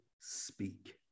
speak